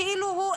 כאילו הוא,